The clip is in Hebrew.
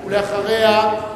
אחריה,